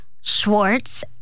Schwartz